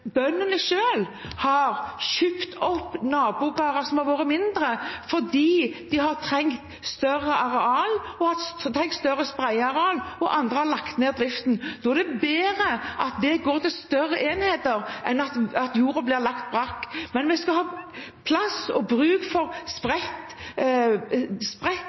bøndene selv – om man går til flate Jæren, der jeg kommer fra – kjøpt opp nabogårder som har vært mindre, fordi de har trengt større spredearealer, og andre har lagt ned driften. Da er det bedre at det blir større enheter enn at jorda blir lagt brakk. Men vi skal ha plass og ha bruk for spredt